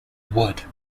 wood